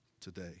today